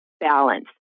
balance